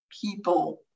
people